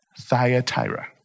Thyatira